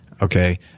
Okay